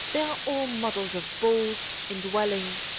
they are all models of bold, indwelling,